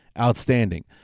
outstanding